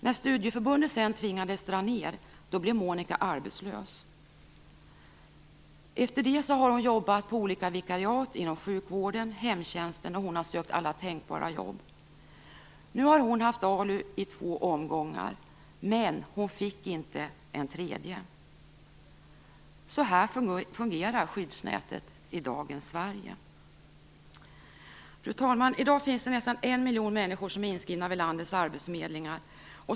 När studieförbundet sedan tvingades dra ned blev Monica arbetslös. Efter det har hon jobbat på olika vikariat inom sjukvården och hemtjänsten, och hon har sökt alla tänkbara jobb. Nu har hon haft ALU i två omgångar, men hon fick inte en tredje. Så här fungerar skyddsnätet i dagens Sverige. Fru talman! I dag finns det nästan en miljon människor som är inskrivna vid landets arbetsförmedlingar.